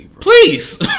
Please